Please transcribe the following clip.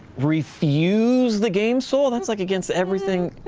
refuse the game soul? that's like against everything.